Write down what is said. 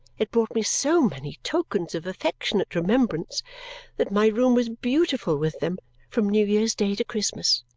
it brought me so many tokens of affectionate remembrance that my room was beautiful with them from new year's day to christmas.